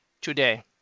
today